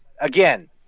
again